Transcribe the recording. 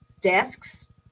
desks